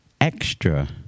extra